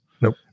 Nope